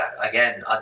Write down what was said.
again